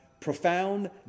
profound